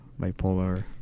bipolar